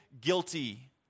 guilty